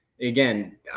again